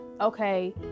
Okay